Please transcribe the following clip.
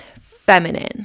feminine